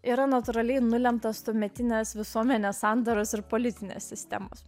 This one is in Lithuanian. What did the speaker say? yra natūraliai nulemtas tuometinės visuomenės sandaros ir politinės sistemos